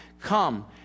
Come